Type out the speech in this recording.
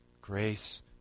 grace